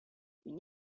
une